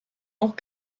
auch